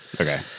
Okay